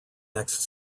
next